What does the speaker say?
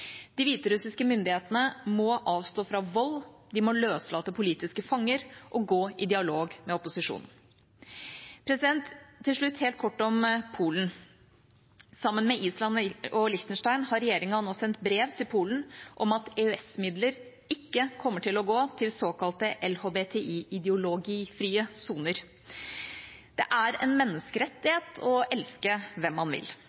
De hviterussiske myndighetene må avstå fra vold, de må løslate politiske fanger og gå i dialog med opposisjonen. Til slutt helt kort om Polen. Sammen med Island og Liechtenstein har regjeringa nå sendt brev til Polen om at EØS-midler ikke kommer til å gå til såkalte LHBTI-ideologifrie soner. Det er en menneskerettighet å elske hvem man vil.